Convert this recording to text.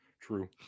True